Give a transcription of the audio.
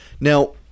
now